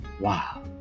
wow